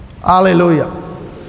Hallelujah